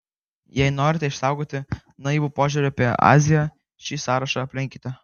jei norite išsaugoti naivų požiūrį apie aziją šį sąrašą aplenkite